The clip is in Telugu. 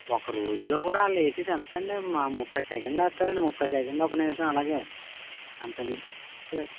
ఒక్క రోజులో కూడా వాళ్ళు వేసేది ఎంత అండి ముప్ఫై సెకండ్లు వేస్తారు అండి ముప్ఫై సెకండ్లు ఒక నిమిషం అలాగే అంతకు మించి